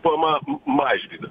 poema mažvydas